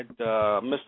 Mr